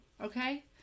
Okay